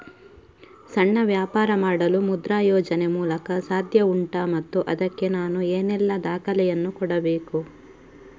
ಸಣ್ಣ ವ್ಯಾಪಾರ ಮಾಡಲು ಮುದ್ರಾ ಯೋಜನೆ ಮೂಲಕ ಸಾಧ್ಯ ಉಂಟಾ ಮತ್ತು ಅದಕ್ಕೆ ನಾನು ಏನೆಲ್ಲ ದಾಖಲೆ ಯನ್ನು ಕೊಡಬೇಕು?